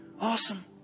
Awesome